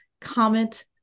Comment